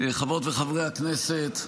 חברות וחברי הכנסת,